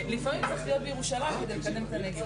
שמי שדובר את השפה העברית יש לו איזשהו עמדת חיסרון למול מדינות